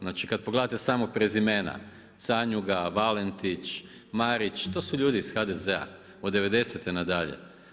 Znači kada pogledate samo prezimena: Canjuga, Valentić, Marić, to su ljudi iz HDZ-a od '90.-te na dalje.